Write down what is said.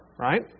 right